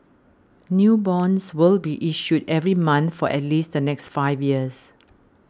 new bonds will be issued every month for at least the next five years